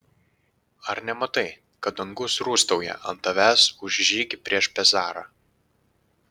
ar nematai kad dangus rūstauja ant tavęs už žygį prieš pezarą